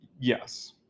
Yes